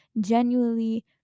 genuinely